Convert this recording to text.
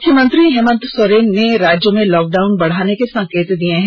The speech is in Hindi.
मुख्यमंत्री हेमंत सोरेन ने राज्य में लॉकडाउन बढाने के संकेत दिये हैं